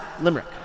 limerick